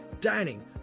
dining